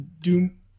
doom